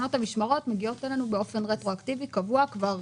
תקנות המשמרות מגיעות אלינו באופן רטרואקטיבי קבוע כבר